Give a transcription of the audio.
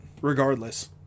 regardless